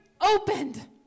opened